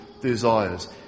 desires